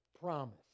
promise